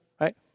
Right